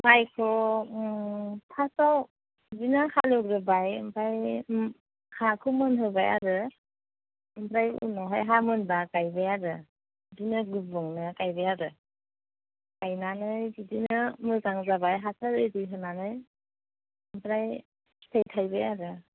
माइखौ फार्स्टआव बिदिनो हालेवग्रोबाय ओमफाय हाखौ मोनहोबाय आरो ओमफ्राय उनावहाय हा मोनबा गायबाय आरो बिदिनो गुबुंनो गायबाय आरो गायनानै बिदिनो मोजां जाबाय हासार एरि होनानै ओमफ्राय फिथाइ थाइबाय आरो